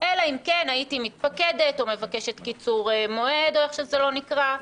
אלא אם כן הייתי מתפקדת או מבקשת קיצור מועד או איך שזה לא נקרא,